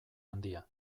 handia